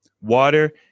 water